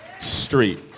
Street